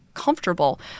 comfortable